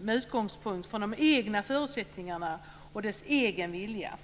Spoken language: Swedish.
med utgångspunkt i de egna förutsättningarna och den egna viljan.